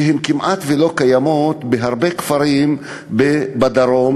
שכמעט לא קיימות בהרבה כפרים בדרום,